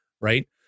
Right